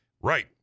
Right